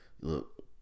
Look